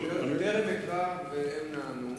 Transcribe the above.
הם נענו,